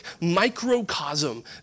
microcosm